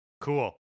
Cool